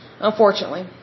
unfortunately